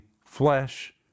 flesh